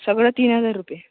सगळं तीन हजार रुपये